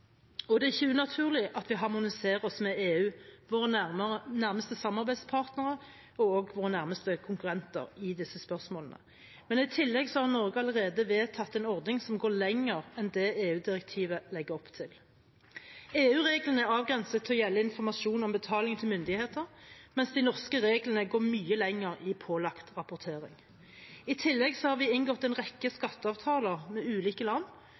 våre nærmeste samarbeidspartnere og også våre nærmeste konkurrenter, i disse spørsmålene, men i tillegg har Norge allerede vedtatt en ordning som går lenger enn det EU-direktivet legger opp til. EU-reglene er avgrenset til å gjelde informasjon om betaling til myndigheter, mens de norske reglene går mye lenger i pålagt rapportering. I tillegg har vi inngått en rekke skatteavtaler med ulike land,